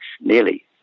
nearly